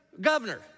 governor